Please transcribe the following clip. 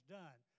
done